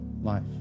life